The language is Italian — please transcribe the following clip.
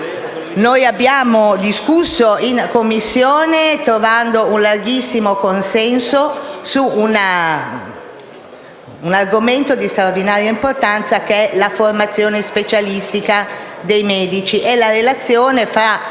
4. Abbiamo discusso in Commissione, trovando un consenso molto ampio, di un argomento di straordinaria importanza: la formazione specialistica dei medici e la relazione fra